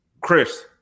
Chris